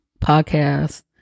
podcast